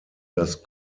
das